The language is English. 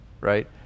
right